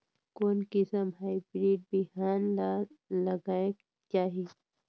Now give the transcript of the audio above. कोन किसम हाईब्रिड बिहान ला लगायेक चाही?